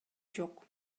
жок